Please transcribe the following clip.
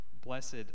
Blessed